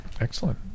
excellent